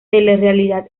telerrealidad